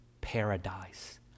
Paradise